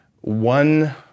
one